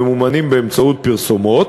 הממומנים באמצעות פרסומות,